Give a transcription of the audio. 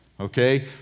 Okay